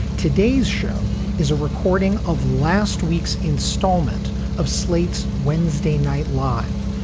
today's show is a recording of last week's installment of slate's wednesday night live,